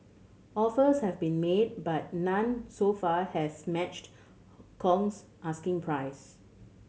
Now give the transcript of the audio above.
offers have been made but none so far has matched Kong's asking price